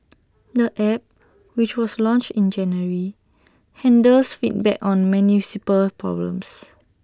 the app which was launched in January handles feedback on municipal problems